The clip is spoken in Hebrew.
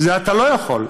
אתה לא יכול.